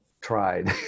tried